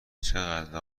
چقدر